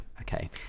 Okay